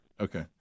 Okay